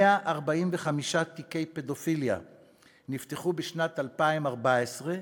145 תיקי פדופיליה נפתחו בשנת 2014,